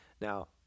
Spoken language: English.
Now